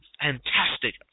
fantastic